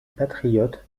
patriote